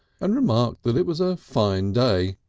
and remarked that it was a fine day.